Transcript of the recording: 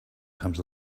comes